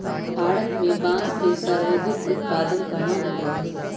भारत में बांस के सर्वाधिक उत्पादन कहाँ होबा हई?